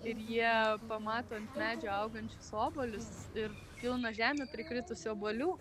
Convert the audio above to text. ir jie pamato ant medžių augančius obuolius ir pilną žemę prikritusių obuolių